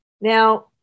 Now